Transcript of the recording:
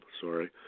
sorry